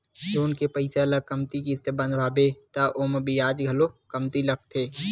loan के पइसा ल कमती किस्त बंधवाबे त ओमा बियाज घलो कमती लागथे